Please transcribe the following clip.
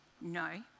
No